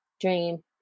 dream